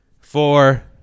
Four